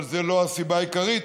אבל זו לא הסיבה העיקרית,